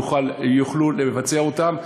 יוכלו לבצע אותם.